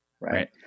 Right